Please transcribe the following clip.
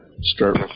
start